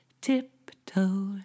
tiptoe